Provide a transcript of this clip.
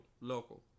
local